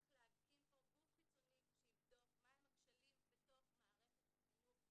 צריך להקים פה גוף חיצוני שיבדוק מה הם הכשלים בתוך מערכת החינוך.